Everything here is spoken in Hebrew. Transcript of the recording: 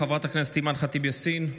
חברת הכנסת אימאן ח'טיב יאסין,